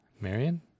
Marion